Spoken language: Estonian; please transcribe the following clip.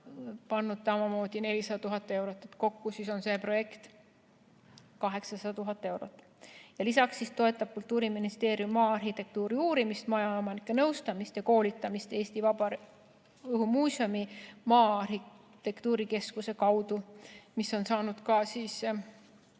pannud samuti 400 000 eurot. Kokku on see projekt 800 000 eurot. Lisaks toetab Kultuuriministeerium maa‑arhitektuuri uurimist, majaomanike nõustamist ja koolitamist Eesti Vabaõhumuuseumi maa-arhitektuurikeskuse kaudu. See on saanud ka väga